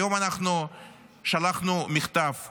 היום שלחנו מכתב,